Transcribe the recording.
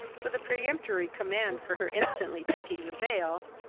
with a peremptory command for her instantly taking the veil,